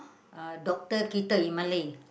uh doktor kita in Malay